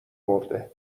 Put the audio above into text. مرده